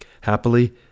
Happily